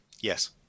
Yes